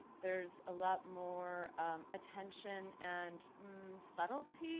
there's a lot more attention and subtlety